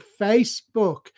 facebook